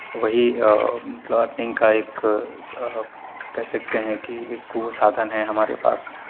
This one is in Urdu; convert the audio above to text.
وہی پلاٹنگ ایک کہہ سکتے ہیں کہ ایک وہ سادھن ہے ہمارے پاس